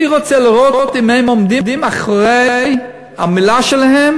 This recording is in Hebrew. אני רוצה לראות אם הם עומדים מאחורי המילה שלהם